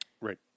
Right